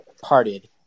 parted